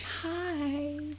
Hi